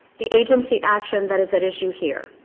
the agency action that is at issue here,